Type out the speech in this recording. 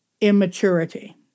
immaturity